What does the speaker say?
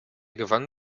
gewann